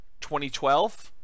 2012